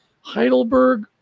Heidelberg